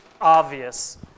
obvious